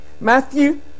Matthew